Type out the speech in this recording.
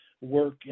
work